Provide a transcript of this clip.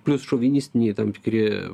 plius šovinistiniai tam tikri